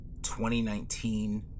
2019